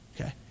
okay